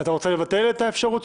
אתה רוצה לבטל את האפשרות?